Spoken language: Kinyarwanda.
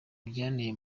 byanteye